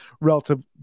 relative